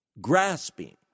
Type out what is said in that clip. grasping